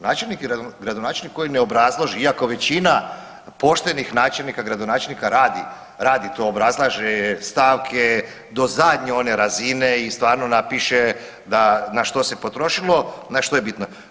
Načelnik i gradonačelnik koji ne obrazlaže, iako većina poštenih načelnika i gradonačelnika radi to obrazlaže stavke, do zadnje one razine i stvarno napiše da na što se potrošilo na što je bitno.